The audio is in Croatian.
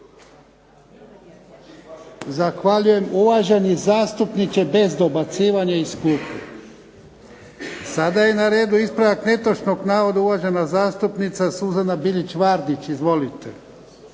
Zahvaljujem. Uvaženi zastupniče, bez dobacivanja iz klupe. Sada je na redu ispravak netočnog navoda, uvažena zastupnica Suzana Bilić Vardić. Izvolite.